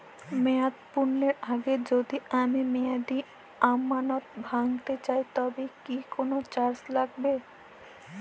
মেয়াদ পূর্ণের আগে যদি আমি মেয়াদি আমানত ভাঙাতে চাই তবে কি কোন চার্জ লাগবে?